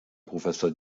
professor